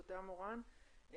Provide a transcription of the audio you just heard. תודה מורן.